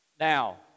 Now